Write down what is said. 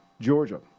Georgia